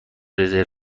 رزرو